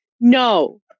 No